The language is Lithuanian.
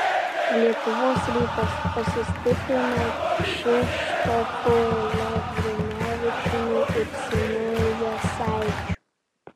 lietuvos rytas pasistiprino kšištofu lavrinovičiumi ir simu jasaičiu